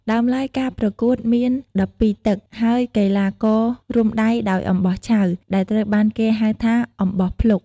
ដើមឡើយការប្រកួតមាន ១២ ទឹក ហើយកីឡាកររុំដៃដោយអំបោះឆៅ ដែលត្រូវបានគេហៅថា "អំបោះភ្លុក"។